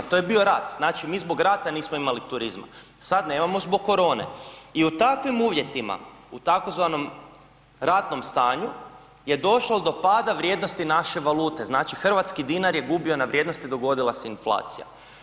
To je bio rat, znači mi zbog rata nismo imali turizma, sada nemamo zbog korone i u takvim uvjetima u tzv. ratnom stanju je došlo do pada vrijednosti naše valute, znači hrvatski dinar je gubio na vrijednosti dogodila se inflacija.